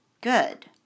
Good